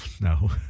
no